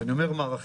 ואני אומר מערכתי,